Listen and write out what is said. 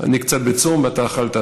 אני קצת בצום ואתה אכלת,